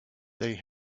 they